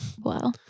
Wow